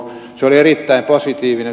se oli erittäin positiivinen